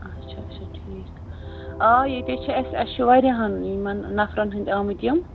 اچھا اچھا ٹھیٖک آ ییٚتے چھِ اَسہِ اَسہِ چھِ واریاہَن یِمن نفرَن ہِنٛدۍ آمٕتۍ یِم